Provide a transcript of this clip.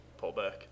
Pullback